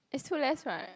it's too less right